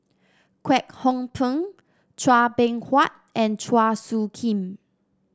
Kwek Hong Png Chua Beng Huat and Chua Soo Khim